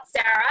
Sarah